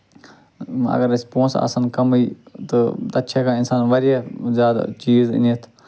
اَگر اَسہِ پۄنٛسہٕ آسن کمٕے تہٕ تَتہِ چھُ ہٮ۪کان اِنسان واریاہ زیادٕ چیٖز أنِتھ